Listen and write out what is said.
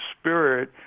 spirit